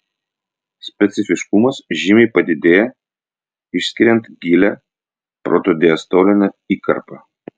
specifiškumas žymiai padidėja išskiriant gilią protodiastolinę įkarpą